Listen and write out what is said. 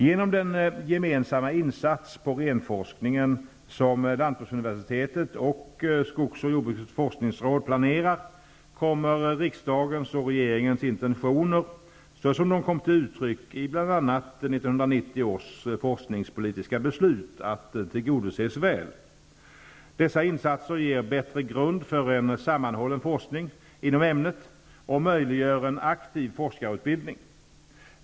Genom den gemensamma insats på renforskningen som lantbruksuniversitetet och skogs och jordbrukets forskningsråd planerar kommer riksdagens och regeringens intentioner såsom de kommer till uttryck i bl.a. 1990 års forskningspolitiska beslut att tillgodoses väl. Dessa insatser ger bättre grund för en sammanhållen forskning inom ämnet och möjliggör en aktiv forskarutbildning.